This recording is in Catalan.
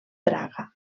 praga